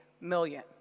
million